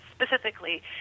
specifically